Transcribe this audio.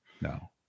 no